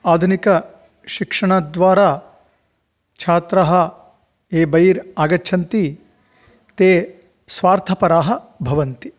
आधुनिकशिक्षणद्वारा छात्राः ये बहिरागच्छन्ति ते स्वार्थपराः भवन्ति